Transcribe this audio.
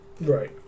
right